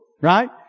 right